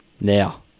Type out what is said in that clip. Now